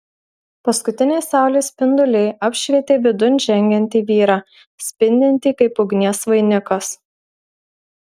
paskutiniai saulės spinduliai apšvietė vidun žengiantį vyrą spindintį kaip ugnies vainikas